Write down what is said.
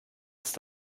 ist